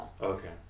okay